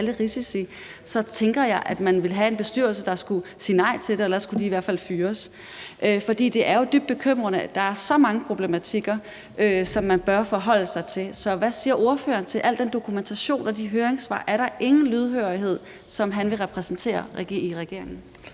alle risici, tænker jeg, man ville have en bestyrelse, der skulle sige nej til det, eller også skulle de i hvert fald fyres. Det er jo dybt bekymrende, at der er så mange problematikker, som man bør forholde sig til. Hvad siger ordføreren til al den dokumentation og de høringssvar? Er der ingen lydhørhed, som han vil repræsentere i regeringen?